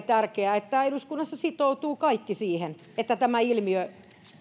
tärkeää että eduskunnassa kaikki sitoutuvat siihen että tämä ilmiö